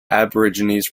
aborigines